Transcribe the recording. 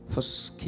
First